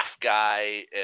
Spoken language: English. guy